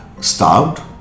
starved